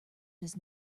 does